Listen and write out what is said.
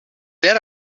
bet